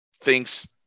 thinks